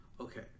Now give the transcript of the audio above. Okay